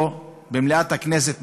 פה במליאת הכנסת,